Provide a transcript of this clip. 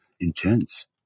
intense